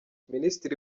minisitiri